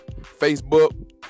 Facebook